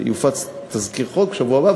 יופץ תזכיר חוק בשבוע הבא,